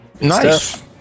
Nice